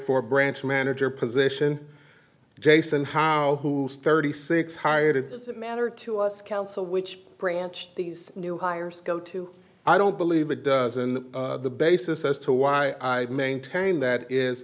for branch manager position jason how who sturdy six hired it doesn't matter to us council which branch these new hires go to i don't believe it does and the basis as to why i maintain that is